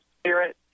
spirit